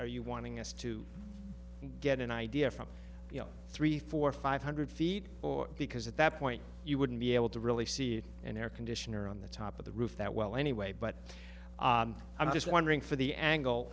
are you wanting us to get an idea from you know three four five hundred feet or because at that point you wouldn't be able to really see an air conditioner on the top of the roof that well anyway but i'm just wondering for the angle